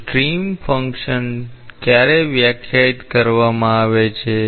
તો stream function ક્યારે વ્યાખ્યાયિત કરવામાં આવે છે